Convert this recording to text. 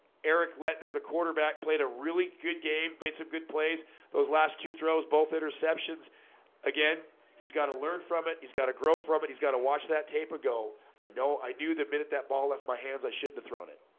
eric let nur the quarterback played a really good game played some good plays those last two throws both interceptions again he's got to learn from it. he's got to grow from but he's got to watch that tape ago i know i knew they've been at that ball left my hands i shoulda thrown it.